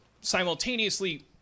simultaneously